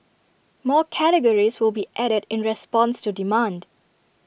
more categories will be added in response to demand